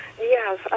Yes